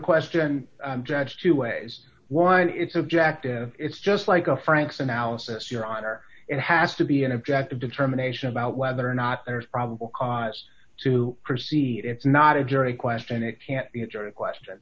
question two ways one it's subjective it's just like a franks analysis your honor it has to be an objective determination about whether or not there's probable cause to proceed it's not a jury question it can't be a jury question